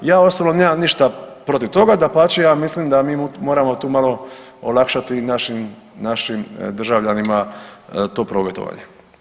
Ja osobno nemam ništa protiv toga, dapače, ja mislim da mi moramo tu malo olakšati našim državljanima to prometovanje.